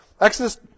Exodus